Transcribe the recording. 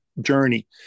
journey